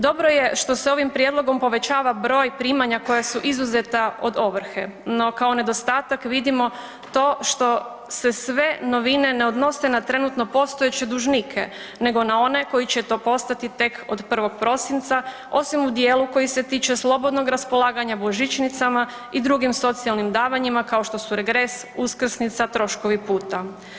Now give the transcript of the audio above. Dobro je što se ovim prijedlogom povećava broj primanja koja su izuzeta od ovrhe, no kao nedostatak vidimo to što se sve novine ne odnose na trenutno postojeće dužnike nego na one koji će to postati tek od 1. prosinca osim u dijelu koji se tiče slobodnog raspolaganja božićnicama i drugim socijalnim davanjima kao što su regres, uskrsnica, troškovi puta.